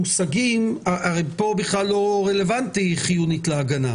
הרי פה בכלל זה לא רלוונטי "חיונית להגנה",